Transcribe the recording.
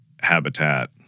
habitat